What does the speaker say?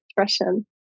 expression